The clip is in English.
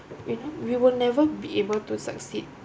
you know we will never be able to succeed